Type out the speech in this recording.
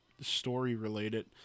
story-related